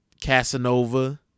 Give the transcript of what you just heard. Casanova